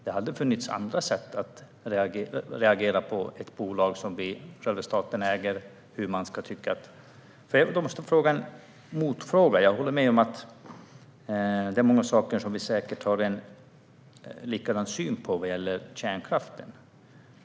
Det hade funnits andra sätt att reagera på ett bolag som staten äger. Jag har en motfråga. Jag håller med om att vi säkert har en likadan syn i mycket när det gäller kärnkraften.